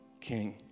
king